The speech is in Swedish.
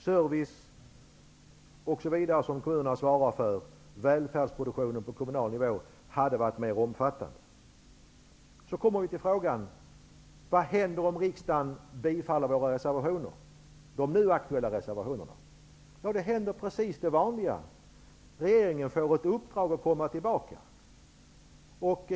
Service m.m. som kommunerna svarar för och välfärdsproduktionen på kommunal nivå hade varit mer omfattande. Så kommer vi till frågan: Vad händer om riksdagen bifaller de nu aktuella reservationerna? Då händer det vanliga: regeringen får ett uppdrag att komma tillbaka.